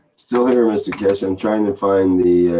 still here mr keshe. i'm trying to find the.